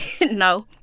no